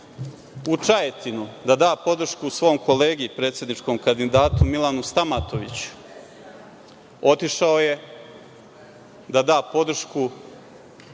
u Čajetinu da da podršku svom kolegi predsedničkom kandidatu Milanu Stamatoviću. Otišao je da da podršku